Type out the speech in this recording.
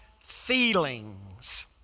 feelings